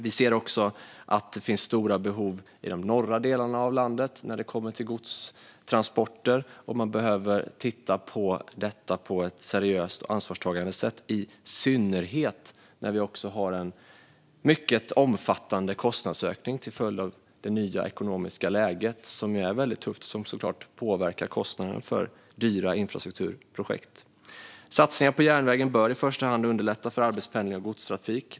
Vi ser också att det finns stora behov i de norra delarna av landet när det kommer till godstransporter. Man behöver titta på detta på ett seriöst och ansvarstagande sätt. Det gäller i synnerhet när vi också har en mycket omfattande kostnadsökning till följd av det nya ekonomiska läget som är väldigt tufft, vilket såklart påverkar kostnaderna för dyra infrastrukturprojekt. Satsningar på järnvägen bör i första hand underlätta för arbetspendling och godstrafik.